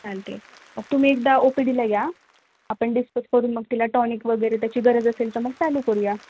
चालतं आहे तुम्ही एकदा ओ पी डीला या आपण डिस्कस करून मग तिला टॉनिक वगैरे त्याची गरज असेल तर मग चालू करूया